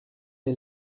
est